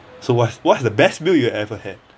so what's what's the best meal you ever had